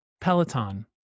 Peloton